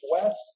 west